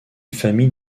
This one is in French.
famille